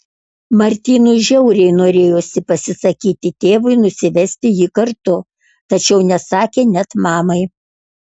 martynui žiauriai norėjosi pasisakyti tėvui nusivesti jį kartu tačiau nesakė net mamai